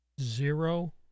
zero